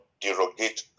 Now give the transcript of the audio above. derogate